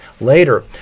Later